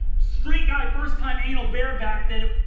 street guy first-time anal bareback that